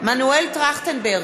מנואל טרכטנברג,